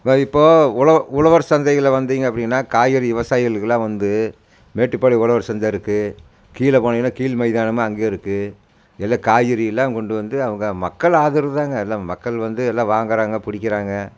வ இப்போ உழ உழவர் சந்தையில் வந்திங்கள் அப்படின்னா காய்கறி விவசாயிகளுக்குலாம் வந்து மேட்டுப்பாளையம் உழவர் சந்தை இருக்குது கீழே போனீங்கனா கீழ் மைதானமாக அங்கே இருக்குது இதில் காய்கறி எல்லாம் கொண்டு வந்து அவங்க மக்கள் ஆதரவு தாங்க எல்லாம் மக்கள் வந்து எல்லா வாங்கறாங்க பிடிக்கிறாங்கள்